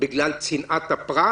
בגלל צנעת הפרט?